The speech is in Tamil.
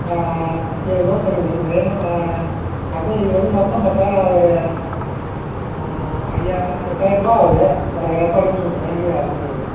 இதை நோட் பண்ணிங்கள் மேடம் நயன் அட்வா இது வந்து மொத்தம் பார்த்தா ஒரு ஐயா எட்டாயரருபா ஆகுது ஒரு ஐயாயரருபா அட்வான்ஸ் கொடுத்துருங்க மீதி அப்புறமா கொடுங்க